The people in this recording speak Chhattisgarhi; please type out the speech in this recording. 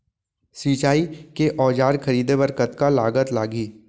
सिंचाई के औजार खरीदे बर कतका लागत लागही?